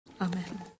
Amen